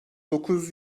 dokuz